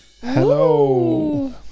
Hello